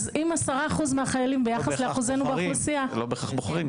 אז אם 10% מהחיילים ביחס לאחוזינו באוכלוסייה --- לא בהכרח בוחרים.